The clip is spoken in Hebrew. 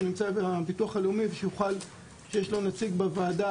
נמצא אצל הביטוח הלאומי שיש לו נציג בוועדה,